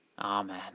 Amen